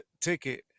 ticket